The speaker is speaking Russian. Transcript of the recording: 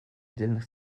отдельных